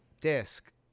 disc